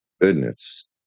Goodness